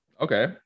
Okay